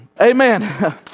Amen